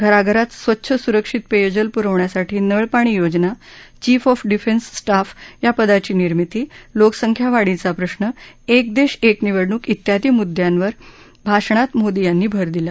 घराघरात स्वच्छ सुरक्षित पेयजल पुरवण्यासाठी नळपाणी योजना चीफ ऑफ डिफेन्स स्टाफ या पदाची निर्मिती लोकसंख्या वाढीचा प्रश्न एक देश एक निवडणूक ियादी मुद्यांवर या भाषणात मोदी यांनी भर दिला